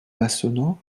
massonneau